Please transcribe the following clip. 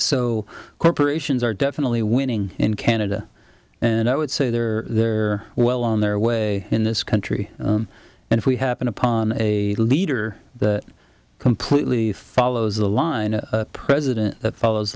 so corporations are definitely winning in canada and i would say they're well on their way in this country and if we happen upon a leader that completely follows a line a president that follows